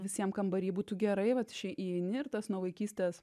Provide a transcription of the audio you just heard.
visiem kambary būtų gerai vat iš įeini ir tas nuo vaikystės